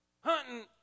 Hunting